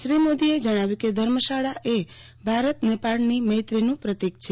શ્રી મોદીએ જણાવ્યું કે ધર્મશાળા એ ભારત નેપાળ મૈત્રીનું પ્રતિક છે